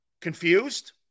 Confused